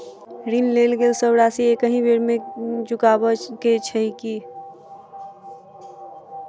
ऋण लेल गेल सब राशि एकहि बेर मे चुकाबऽ केँ छै की?